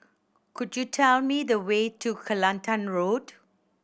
could you tell me the way to Kelantan Road